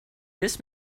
this